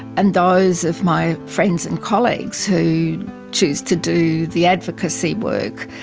and those of my friends and colleagues who choose to do the advocacy work,